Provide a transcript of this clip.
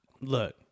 Look